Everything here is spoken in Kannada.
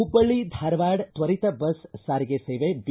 ಹುಬ್ಬಳ್ಳ ಧಾರವಾಡ ತ್ವರಿತ ಬಸ್ ಸಾರಿಗೆ ಸೇವೆ ಬಿ